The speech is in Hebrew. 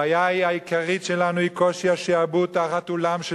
הבעיה העיקרית שלנו היא קושי השעבוד תחת עולם של